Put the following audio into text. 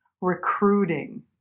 recruiting